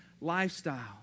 lifestyle